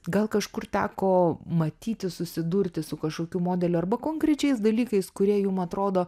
gal kažkur teko matyti susidurti su kažkokiu modeliu arba konkrečiais dalykais kurie jum atrodo